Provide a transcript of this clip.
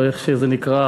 או איך שזה נקרא,